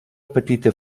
petita